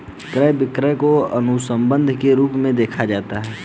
क्रय विक्रय को अनुबन्ध के रूप में देखा जाता रहा है